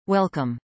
Welcome